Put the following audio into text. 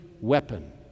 weapon